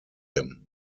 him